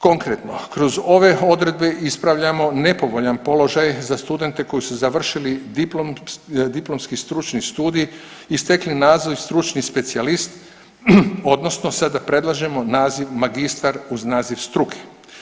Konkretno, kroz ove odredbe ispravljamo nepovoljan položaj za studente koji su završili diplomski stručni studij i stekli naziv „stručni specijalist“ odnosno sada predlažemo naziv „magistar“ uz naziv struke.